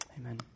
Amen